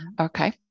Okay